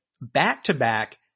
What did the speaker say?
back-to-back